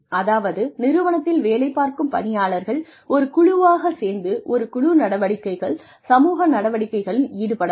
அதாவது நிறுவனத்தில் வேலைப் பார்க்கும் பணியாளர்கள் ஒரு குழுவாக சேர்ந்து ஒரு குழு நடவடிக்கைகள் சமூக நடவடிக்கைகளில் ஈடுபடலாம்